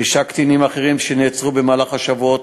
שישה קטינים אחרים שנעצרו במהלך השבועות